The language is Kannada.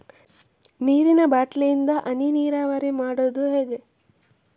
ನೀರಿನಾ ಬಾಟ್ಲಿ ಇಂದ ಹನಿ ನೀರಾವರಿ ಮಾಡುದು ಹೇಗೆ?